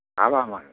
ஆமாம் ஆமாங்க